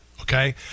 okay